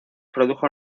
produjo